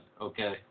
Okay